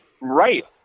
right